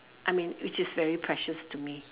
I mean which is very precious to me